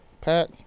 pack